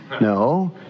No